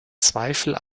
zweifel